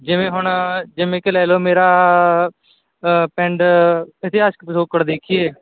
ਜਿਵੇਂ ਹੁਣ ਜਿਵੇਂ ਕਿ ਲੈ ਲਓ ਮੇਰਾ ਪਿੰਡ ਇਤਿਹਾਸਿਕ ਪਿਛੋਕੜ ਦੇਖੀਏ